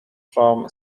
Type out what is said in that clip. from